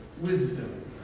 wisdom